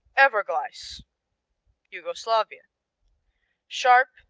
evarglice yugoslavia sharp,